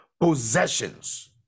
possessions